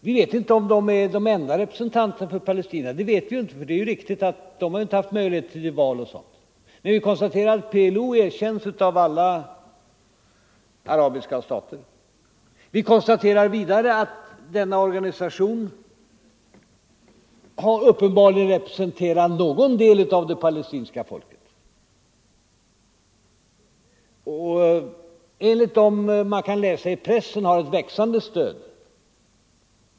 Vi vet inte om PLO är den enda representanten för palestinierna — det är riktigt att de inte haft möjlighet att anordna val eller dylikt. Men vi konstaterar att PLO erkänns av alla arabiska stater. Vi konstaterar vidare att denna organisation uppenbarligen representerar någon del av det palestinska folket och enligt vad man kan läsa i pressen har växande stöd.